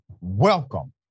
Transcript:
welcome